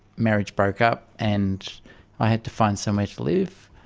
marriage broke up and i had to find somewhere to live.